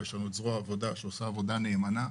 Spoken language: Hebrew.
יש לנו את זרוע העבודה שעושה עבודה נאמנה.